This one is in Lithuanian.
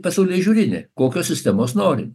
pasaulėžiūrinė kokios sistemos nori